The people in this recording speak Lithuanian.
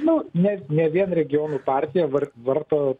nu ne ne vien regionų partija var varto